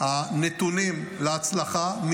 הנתונים להצלחה,